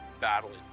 battling